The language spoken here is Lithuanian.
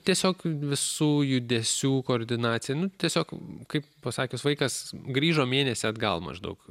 tiesiog visų judesių koordinacija nu tiesiog kaip pasakius vaikas grįžo mėnesį atgal maždaug